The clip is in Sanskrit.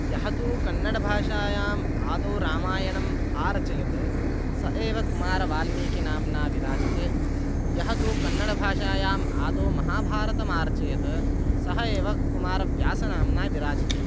यः तु कन्नडभाषायाम् आदौ रामायणम् अरचयत् स एव कुमारवाल्मीकिनाम्ना विराजते यः तु कन्नडभाषायाम् आदौ महाभारतम् अरचयत् सः एव कुमारव्यासनाम्ना विराजते